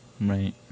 Right